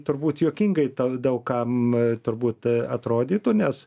turbūt juokingai tas daug kam turbūt atrodytų nes